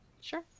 Sure